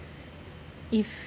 if